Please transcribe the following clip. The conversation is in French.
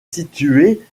situé